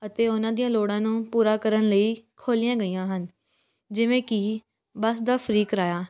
ਅਤੇ ਉਹਨਾਂ ਦੀਆਂ ਲੋੜਾਂ ਨੂੰ ਪੂਰਾ ਕਰਨ ਲਈ ਖੋਲ੍ਹੀਆਂ ਗਈਆਂ ਹਨ ਜਿਵੇਂ ਕਿ ਬੱਸ ਦਾ ਫ੍ਰੀ ਕਰਾਇਆ